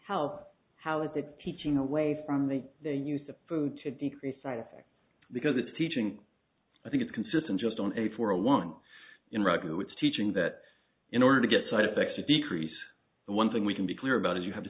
how the teaching away from they then use the food to decrease side effect because it's teaching i think it's consistent just on a for a one in regular with teaching that in order to get side effects to decrease the one thing we can be clear about is you have to